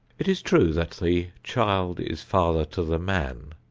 it is true that the child is father to the man,